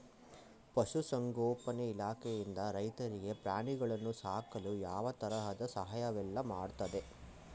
ಪಶುಸಂಗೋಪನೆ ಇಲಾಖೆಯಿಂದ ರೈತರಿಗೆ ಪ್ರಾಣಿಗಳನ್ನು ಸಾಕಲು ಯಾವ ತರದ ಸಹಾಯವೆಲ್ಲ ಮಾಡ್ತದೆ?